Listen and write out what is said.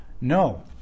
no